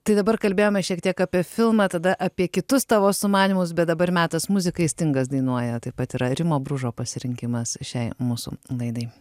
tai dabar kalbėjome šiek tiek apie filmą tada apie kitus tavo sumanymus bet dabar metas muzikai stingas dainuoja taip pat yra rimo bružo pasirinkimas šiai mūsų laidai